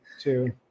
Two